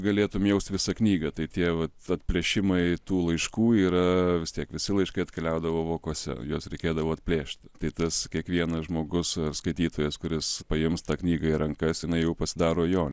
galėtum jaust visą knygą tai tie vat atplėšimai tų laiškų yra vis tiek visi laiškai atkeliaudavo vokuose juos reikėdavo atplėšti tai tas kiekvienas žmogus ar skaitytojas kuris paims tą knygą į rankas jinai jau pasidaro jo